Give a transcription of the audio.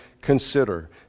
consider